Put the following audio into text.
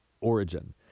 origin